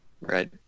Right